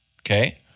okay